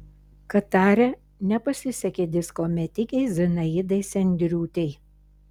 katare nepasisekė disko metikei zinaidai sendriūtei